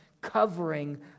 covering